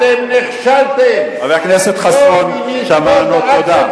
אתם נכשלתם, חבר הכנסת חסון, שמענו, תודה.